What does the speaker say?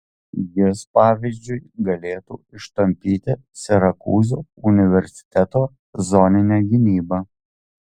jis pavyzdžiui galėtų ištampyti sirakūzų universiteto zoninę gynybą